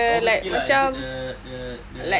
apa-apa skills lah is it the the the